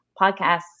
podcasts